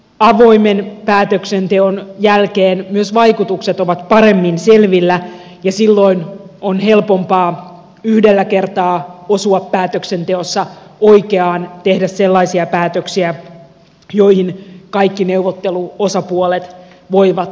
yleensä avoimen päätöksenteon jälkeen myös vaikutukset ovat paremmin selvillä ja silloin on helpompaa yhdellä kertaa osua päätöksenteossa oikeaan tehdä sellaisia päätöksiä joihin kaikki neuvotteluosapuolet voivat sitoutua